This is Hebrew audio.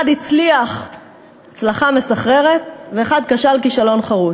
אחד הצליח הצלחה מסחררת ואחד כשל כישלון חרוץ.